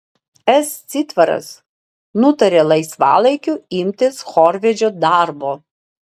s citvaras nutarė laisvalaikiu imtis chorvedžio darbo